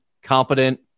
competent